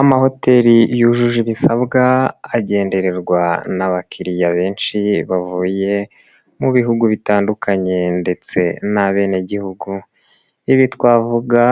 Amahoteli yujuje ibisabwa agendererwa n'abakiriya benshi, bavuye mu bihugu bitandukanye ndetse n'abenegihugu. Ibi twavuga